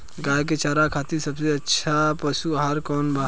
गाय के चारा खातिर सबसे अच्छा पशु आहार कौन बा?